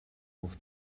auf